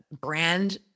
brand